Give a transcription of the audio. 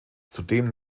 zudem